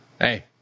Hey